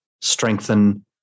strengthen